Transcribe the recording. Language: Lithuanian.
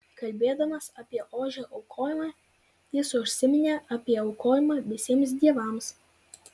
kalbėdamas apie ožio aukojimą jis užsiminė apie aukojimą visiems dievams